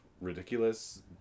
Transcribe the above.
ridiculous